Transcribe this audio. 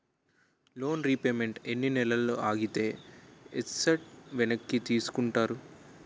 Loan repayment ఎన్ని నెలలు ఆగితే ఎసట్ వెనక్కి తీసుకుంటారు?